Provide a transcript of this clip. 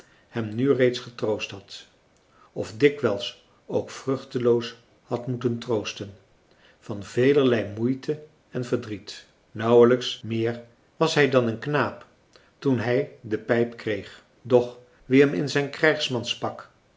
hem nu reeds getroost had of dikwijls ook vruchteloos had moeten troosten van velerlei moeite en verdriet nauwelijks meer was hij dan een knaap toen hij de pijp kreeg doch wie hem in zijn